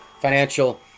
financial